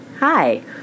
Hi